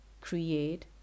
create